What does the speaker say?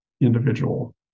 individual